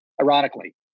Ironically